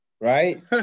Right